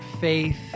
faith